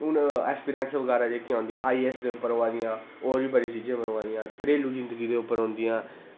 हून ऐसपिरैंस बगैरा जेह्कयां औंदियां आई ऐ ऐस दे उप्पर अवा दियां होर बी बड़ियें चीजें उप्पर अवा दियां घरेलू जिन्दगी दे उप्पर औंदियां